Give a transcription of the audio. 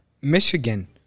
Michigan